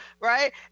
right